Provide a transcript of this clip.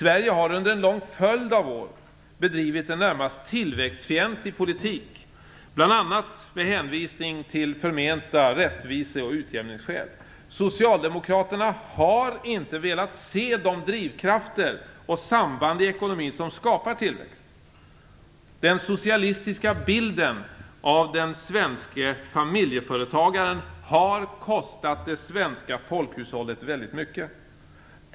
Sverige har under en lång följd av år bedrivit en närmast tillväxtfientlig politik, bl.a. med hänvisning till förmenta rättvise och utjämningsskäl. Socialdemokraterna har inte velat se de drivkrafter och samband i ekonomin som skapar tillväxt. Den socialistiska bilden av den svenske familjeföretagaren har kostat det svenska folkhushållet väldigt mycket.